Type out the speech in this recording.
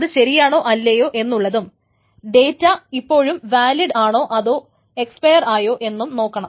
അത് ശരിയാണോ അല്ലയോ എന്നുള്ളതും ഡേറ്റ ഇപ്പോഴും വാലിഡ് ആണോ അതോ അത് എക്സ്പെയർ ആയോ എന്ന് നോക്കണം